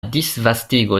disvastigo